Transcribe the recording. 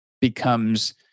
becomes